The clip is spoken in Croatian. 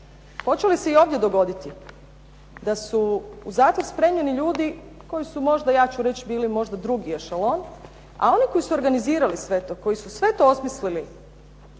Hoće li se i ovdje dogoditi da su u zatvor spremljeni ljudi koji su možda ja ću reći bili drugi ..., ali koji su organizirali sve to, koji su to sve osmislili